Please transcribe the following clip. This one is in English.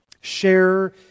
Share